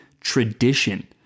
tradition